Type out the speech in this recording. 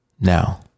Now